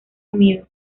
unido